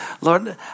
Lord